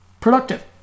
productive